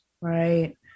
Right